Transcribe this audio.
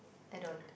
I don't